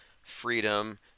freedom